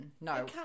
No